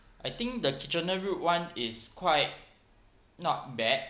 I think the kitchener road one is quite not bad